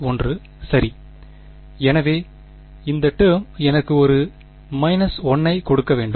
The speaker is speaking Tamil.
1 சரி எனவே இந்த டேர்ம் எனக்கு ஒரு 1ஐ கொடுக்க வேண்டும்